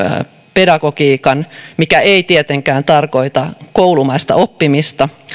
pedagogiikan mikä ei tietenkään tarkoita koulumaista oppimista